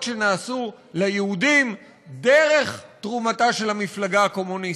שנעשו ליהודים דרך תרומתה של המפלגה הקומוניסטית,